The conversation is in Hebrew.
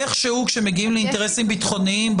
איכשהו כשמגיעים לאינטרסים ביטחוניים,